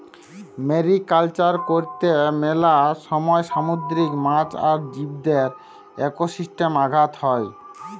mariculture করত্যে মেলা সময় সামুদ্রিক মাছ আর জীবদের একোসিস্টেমে আঘাত হ্যয়